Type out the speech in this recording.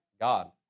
God